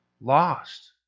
lost